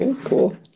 cool